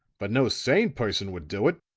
but no sane person would do it.